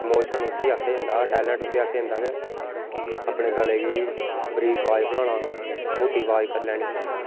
emotion उसी आक्खेआ जन्दा टैलेंट उसी आक्खेआ जन्दा कि अपने गले गी बरीक अवाज बनाना मुट्टी अवाज करी लैनी